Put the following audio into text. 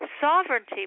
sovereignty